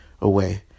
away